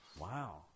Wow